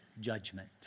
judgment